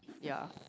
ya